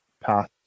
path